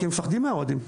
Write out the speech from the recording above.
כי הם פוחדים מהאוהדים.